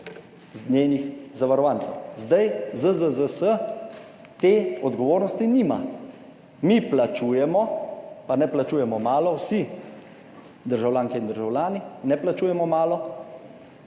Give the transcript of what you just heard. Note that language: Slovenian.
Zdaj ZZZS te odgovornosti nima, mi plačujemo pa ne plačujemo malo vsi, državljanke in državljani, ne plačujemo malo,